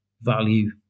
value